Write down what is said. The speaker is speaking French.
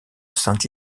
saint